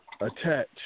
attach